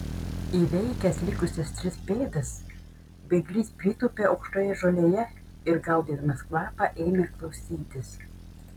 įveikęs likusias tris pėdas bėglys pritūpė aukštoje žolėje ir gaudydamas kvapą ėmė klausytis